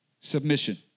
Submission